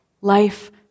Life